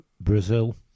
Brazil